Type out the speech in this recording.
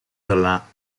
dalla